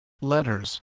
letters